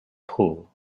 pull